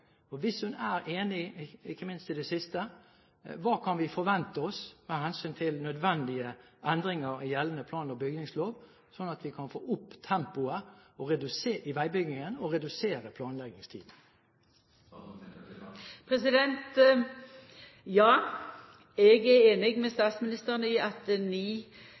Hvis hun er enig, ikke minst til det siste: Hva kan vi forvente oss med hensyn til nødvendige endringer i gjeldende plan- og bygningslov, slik at vi kan få opp tempoet i veibyggingen og redusere planleggingstiden? Ja, eg er einig med statsministeren i at ni